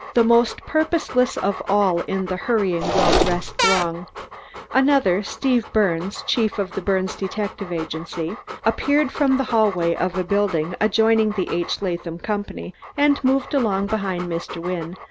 the most purposeless of all in the hurrying, well-dressed throng another steve birnes, chief of the birnes detective agency appeared from the hallway of a building adjoining the h. latham company, and moved along behind mr. wynne,